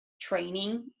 training